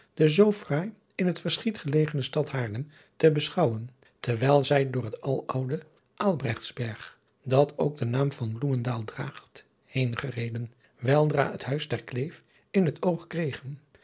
buisman zoo fraai im het verschiet gelegene stad haarlem te beschouwen terwijl zij door het aloude aalbrechtsberg dat ook den naam van bloemendaal draagt heen gereden weldra het huis ter kleef in het oog kregen